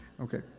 okay